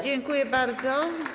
Dziękuję bardzo.